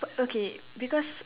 o~ okay because